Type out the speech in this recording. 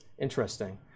Interesting